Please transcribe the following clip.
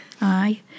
Aye